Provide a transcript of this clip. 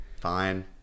fine